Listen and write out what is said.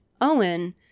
Owen